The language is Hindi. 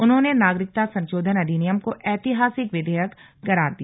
उन्होंने नागरिकता संशोधन अधिनियम को ऐतिहासिक विधेयक करार दिया